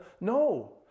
No